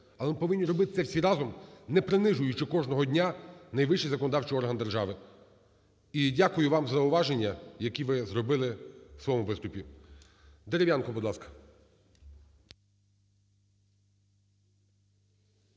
але ми повинні робити це всі разом, не принижуючи кожного дня найвищий законодавчий орган держави. І дякую вам за зауваження, які ви зробили у своєму виступі. ГОЛОВУЮЧИЙ. Дерев'янко, будь ласка.